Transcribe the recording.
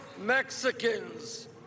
Mexicans